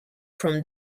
from